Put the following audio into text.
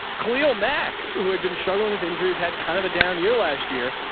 cleo mack who had been struggling with injuries had kind of a down year. last year,